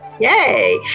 Yay